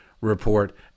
report